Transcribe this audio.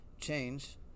change